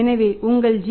எனவே உங்கள் G